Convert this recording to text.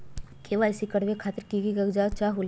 KYC करवे खातीर के के कागजात चाहलु?